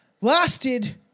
lasted